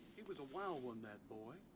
he was a wild one, that boy.